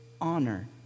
honor